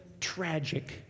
tragic